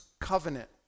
covenant